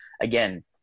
again